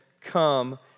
come